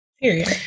Period